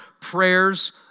prayers